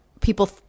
people